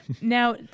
Now